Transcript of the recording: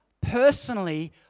personally